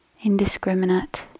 indiscriminate